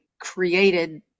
created